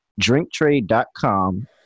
drinktrade.com